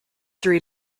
three